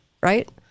right